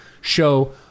show